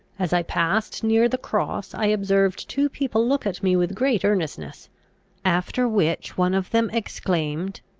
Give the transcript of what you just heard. as i passed near the cross, i observed two people look at me with great earnestness after which one of them exclaimed,